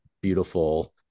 beautiful